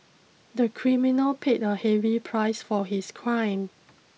the criminal paid a heavy price for his crime